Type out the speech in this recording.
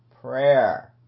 prayer